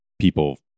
people